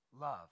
love